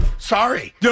Sorry